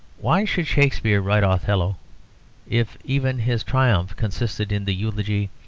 why should shakespeare write othello if even his triumph consisted in the eulogy,